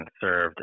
served